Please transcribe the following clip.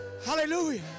Hallelujah